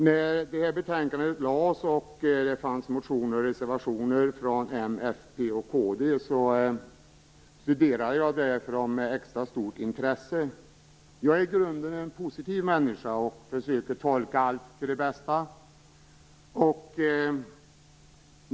När betänkandet lades fram studerade jag med extra stort intresse motionerna och reservationerna från m, fp och kd. Jag är i grunden en positiv människa och försöker tolka allt till det bästa.